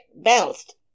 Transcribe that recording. bounced